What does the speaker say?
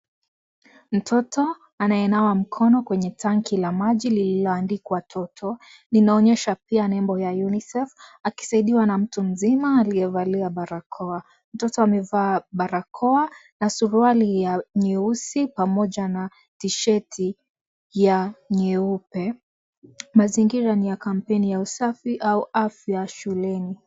Mtoto anayenawa mkono kwenye tanki la maji lililoandikwa "Toto" limeonyeshwa pia nembo ya UNICEF, akisaidiwa na mtu mzima aliyevalia barakoa. Mtoto amevaa barakoa na suruali ya nyeusi pamoja na tisheti ya nyeupe. Mazingira ni ya kampeni ya usafi au afya shuleni.